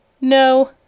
NO